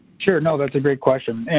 sure. no, that's a great question.